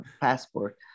passport